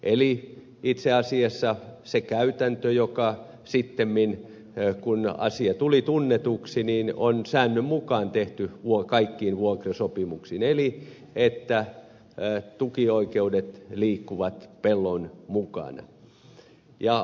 eli itse asiassa se käytäntö sittemmin kun asia tuli tunnetuksi on säännön mukaan tehty kaikkiin vuokrasopimuksiin eli tukioikeudet liikkuvat pellon mukana